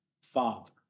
father